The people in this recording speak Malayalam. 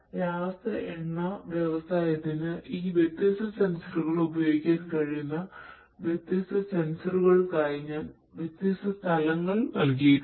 രാസ എണ്ണ വ്യവസായത്തിന് ഈ വ്യത്യസ്ത സെൻസറുകൾ ഉപയോഗിക്കാൻ കഴിയുന്ന വ്യത്യസ്ത സെൻസറുകൾക്കായി ഞാൻ വ്യത്യസ്ത തലങ്ങൾ നൽകിയിട്ടുണ്ട്